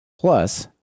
Plus